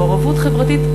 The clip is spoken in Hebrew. מעורבות חברתית,